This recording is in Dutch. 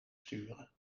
sturen